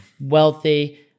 wealthy